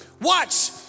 Watch